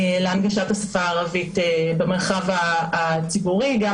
יש להנגשת השפה הערבית במרחב הציבורי חשיבות מאוד-מאוד פרקטית,